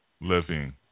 living